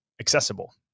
accessible